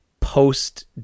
post